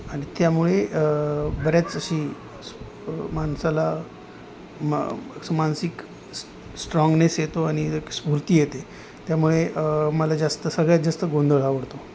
आणि त्यामुळे बऱ्याच अशी माणसाला मा मानसिक स्ट्राँगनेस येतो आणि स्फूर्ती येते त्यामुळे मला जास्त सगळ्यात जास्त गोंधळ आवडतो